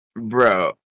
Bro